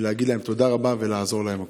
להגיד להם תודה רבה ולעזור להם בכול.